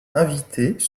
invités